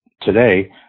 today